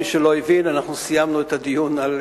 למי שלא הבין, אנחנו סיימנו את הדיון על